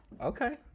okay